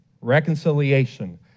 reconciliation